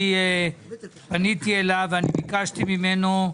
אני פניתי אליו ואני ביקשתי ממנו,